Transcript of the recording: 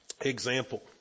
example